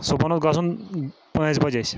صُبحَن اوس گژھُن پانٛژھِ بَجہِ اَسہِ